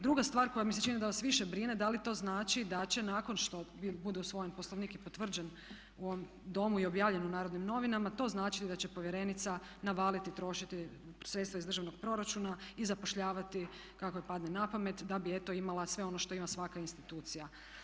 Druga stvar koja mi se čini da vas više brine, da li to znači da će nakon što bude usvojen poslovnik i potvrđen u ovom Domu i objavljen u Narodnim novinama, to značiti da će povjerenica navaliti trošiti sredstva iz državnog proračuna i zapošljavati kako joj padne na pamet da bi eto imala sve ono što ima svaka institucija.